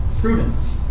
prudence